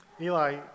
Eli